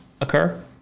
occur